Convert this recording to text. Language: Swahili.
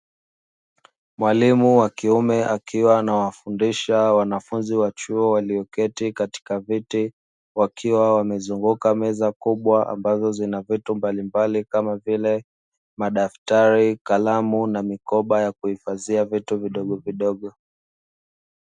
Mwalimu wa kiume akiwa anawafundisha wanafunzi wa chuo walioketi katika viti, wakiwa wamezunguka meza kubwa ambazo zina vitu mbalimbali kama vile; madaftari, kalamu na mikoba ya kuhifadhia vitu vidogovidogo.